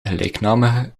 gelijknamige